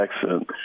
accent